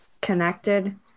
connected